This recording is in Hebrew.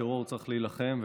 בטרור צריך להילחם,